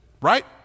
right